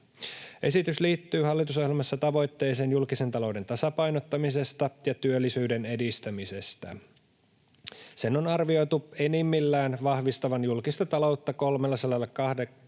Esitys liittyy hallitusohjelmassa tavoitteeseen julkisen talouden tasapainottamisesta ja työllisyyden edistämisestä. Sen on arvioitu enimmillään vahvistavan julkista taloutta 320 miljoonalla eurolla,